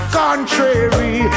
contrary